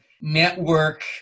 network